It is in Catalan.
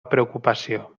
preocupació